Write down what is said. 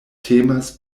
temas